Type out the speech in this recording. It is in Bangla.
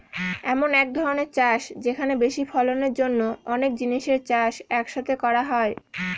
এমন এক ধরনের চাষ যেখানে বেশি ফলনের জন্য অনেক জিনিসের চাষ এক সাথে করা হয়